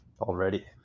already